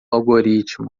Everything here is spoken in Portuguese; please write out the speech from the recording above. algoritmo